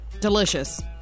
delicious